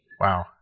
Wow